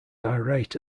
irate